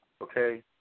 Okay